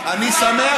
רגע, אני שמח.